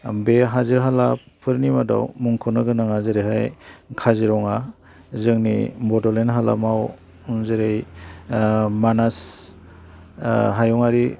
बे हाजो हालाफोरनि मादाव मुंख'नो गोनाङा जेरैहाय काजिरङा जोंनि बड'लेण्ड हालामाव जेरै मानास हायुङारि